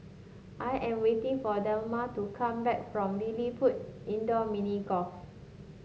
I am waiting for Delma to come back from LilliPutt Indoor Mini Golf